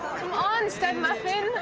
on, stud muffin.